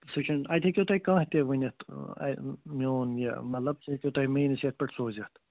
سُہ چھُنہٕ اتہِ ہیٚکِو تُہۍ کانٛہہ تہِ ؤنِتھ میٛون یہِ مطلب سُہ ہیٚکِو تُہۍ میٛٲنِس یَتھ پٮ۪ٹھ سوٗزِتھ